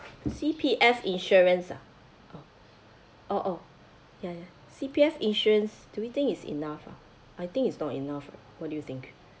C_P_F insurance ah oh ya ya C_P_F insurance do we think it's enough ah I think it's not enough right what do you think